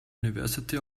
university